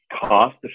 cost